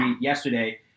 yesterday